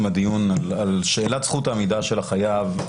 הדיון על שאלת זכות העמידה של החייב.